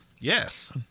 Yes